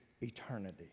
eternity